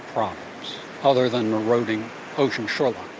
um other than eroding ocean shoreline.